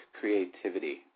creativity